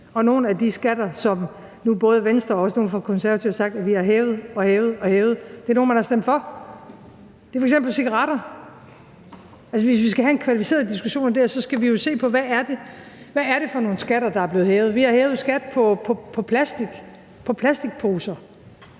nogle af de skatter, som Venstre og nu også nogle fra Konservative har sagt at vi har hævet og hævet, er nogle, man har stemt for – det er f.eks. på cigaretter. Altså, hvis vi skal have en kvalificeret diskussion om det her, skal vi jo se på, hvad det er for nogle skatter, der er blevet hævet. Vi har hævet skatten på plastik,